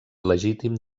legítim